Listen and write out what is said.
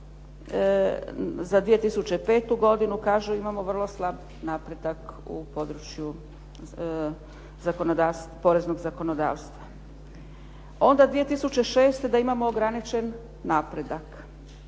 za 2005. godinu kažu imamo vrlo slab napredak u području poreznog zakonodavstva. Onda 2006. da imamo ograničen napredak,